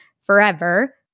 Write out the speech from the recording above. forever